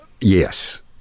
yes